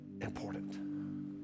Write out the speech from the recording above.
important